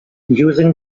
using